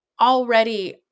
already